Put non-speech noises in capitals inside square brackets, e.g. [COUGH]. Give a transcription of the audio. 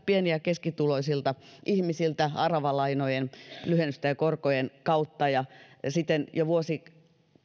pieni ja keskituloisilta ihmisiltä aravalainojen lyhennysten ja korkojen kautta ja [UNINTELLIGIBLE] ja siten jo [UNINTELLIGIBLE] [UNINTELLIGIBLE] [UNINTELLIGIBLE]